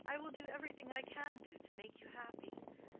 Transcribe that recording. i will do everything i can do to make you happy,